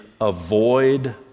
avoid